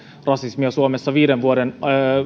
rasismia suomessa viiden vuoden